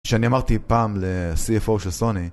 שאני אמרתי פעם לסי.אפ.או של סוני